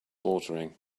watering